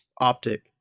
Optic